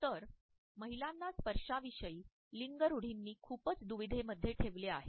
तर महिलांना स्पर्शाविषयी लिंग रूढीनी खूपच दुविधेमध्ये ठेवले आहे